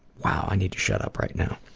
wow, i need to shut up right now.